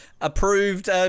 Approved